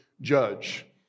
judge